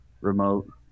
remote